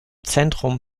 zentrum